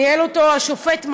ניהל אותו השופט מאור.